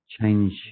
change